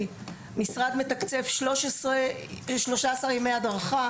המשרד מתקצב לטובת הנושא 13 ימי הדרכה